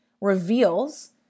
reveals